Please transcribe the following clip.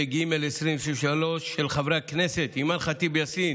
התשפ"ג 2023, של חברי הכנסת אימאן ח'טיב יאסין,